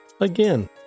Again